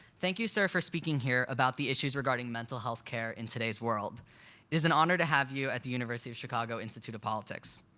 thank you, sir, for speaking here about the issues regarding mental health care in today's world. it is an honor to have you at the university of chicago institute of politics.